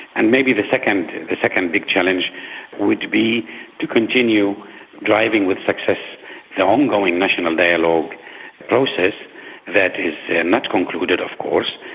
and maybe the second the second big challenge would be to continue driving with success the ongoing national dialogue process that is not concluded of course,